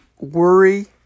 worry